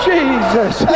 Jesus